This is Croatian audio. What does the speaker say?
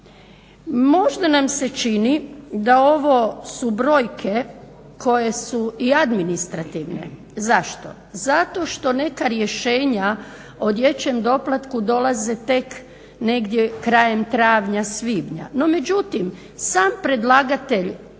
Možda nam se čini da ovo su brojke koje su i administrativne. Zašto? Zato što neka rješenja o dječjem doplatku dolaze tek negdje krajem travnja, svibnja. No međutim, sam predlagatelj